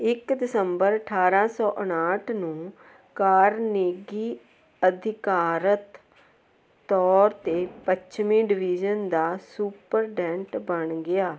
ਇੱਕ ਦਸੰਬਰ ਅਠਾਰਾਂ ਸੌ ਉਣਾਹਠ ਨੂੰ ਕਾਰਨੇਗੀ ਅਧਿਕਾਰਤ ਤੌਰ 'ਤੇ ਪੱਛਮੀ ਡਿਵੀਜ਼ਨ ਦਾ ਸੁਪਰਡੈਂਟ ਬਣ ਗਿਆ